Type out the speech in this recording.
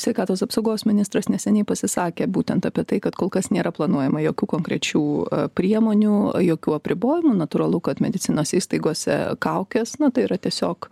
sveikatos apsaugos ministras neseniai pasisakė būtent apie tai kad kol kas nėra planuojama jokių konkrečių priemonių jokių apribojimų natūralu kad medicinos įstaigose kaukės na tai yra tiesiog